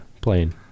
playing